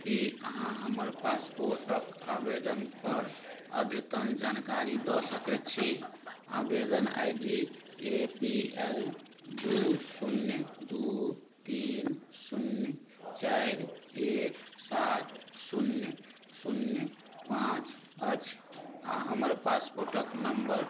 कि अहाँ हमर पासपोर्टके आवेदनपर अद्यतन जानकारी दऽ सकै छी आवेदन I D A P L दुइ शून्य दुइ तीन शून्य चारि एक सात शून्य शून्य पाँच अछि आओर हमर पासपोर्टके नम्बर